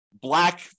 black